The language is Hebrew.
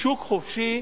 בשוק חופשי,